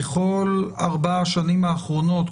בכל ארבע השנים האחרונות,